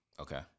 Okay